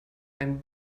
ein